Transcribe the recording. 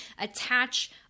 attach